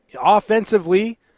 Offensively